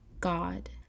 god